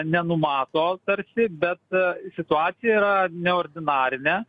nenumato tarsi bet situacija yra neordinarinė